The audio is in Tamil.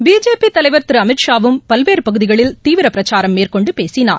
பிஜேபி தலைவர் திரு அமித் ஷாவும் பல்வேறு பகுதிகளில் தீவிர பிரச்சாரம் மேற்கொண்டு பேசினார்